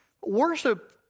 Worship